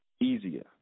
easier